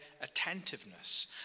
attentiveness